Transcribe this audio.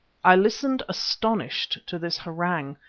i listened astonished to this harangue,